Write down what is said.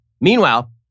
Meanwhile